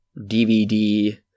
DVD